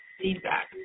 feedback